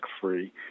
free